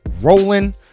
rolling